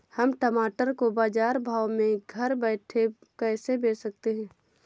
हम टमाटर को बाजार भाव में घर बैठे कैसे बेच सकते हैं?